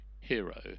hero